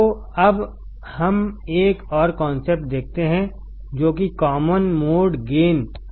तो अब हम एक और कॉन्सेप्ट देखते हैं जो कि कॉमन मोड गेन है